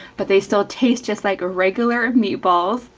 but they still taste just like regular meatballs.